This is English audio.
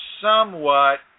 somewhat